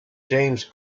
james